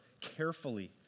carefully